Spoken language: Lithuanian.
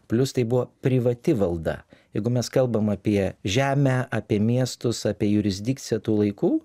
plius tai buvo privati valda jeigu mes kalbam apie žemę apie miestus apie jurisdikciją tų laikų